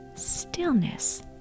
stillness